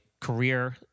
career